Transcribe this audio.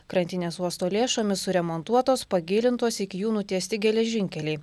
krantinės uosto lėšomis suremontuotos pagilintos iki jų nutiesti geležinkeliai